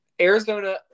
Arizona